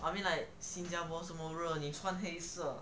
I mean like 新加坡这么热你穿黑色